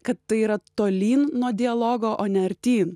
kad tai yra tolyn nuo dialogo o ne artyn